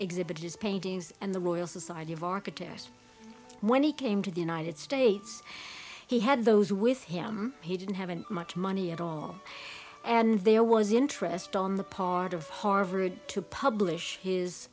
exhibit his paintings and the royal society of architects when he came to the united states he had those with him he didn't haven't much money at all and there was interest on the part of harvard to publish his